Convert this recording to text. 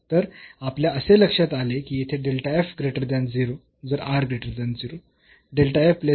तर आपल्या असे लक्षात आले की येथे